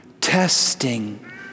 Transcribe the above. testing